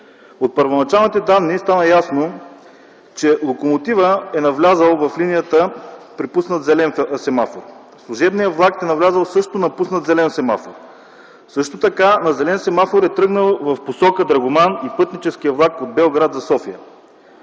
От първоначалните данни стана ясно, че локомотивът е навлязъл в линията при пуснат зелен семафор. Служебният влак е влязъл също при пуснат зелен семафор. Също така на зелен семафор е тръгнал в посока Драгоман и пътническият влак от Белград до София.